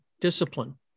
discipline